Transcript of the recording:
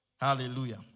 Hallelujah